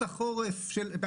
כן,